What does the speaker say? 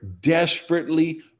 desperately